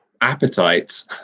appetite